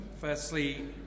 Firstly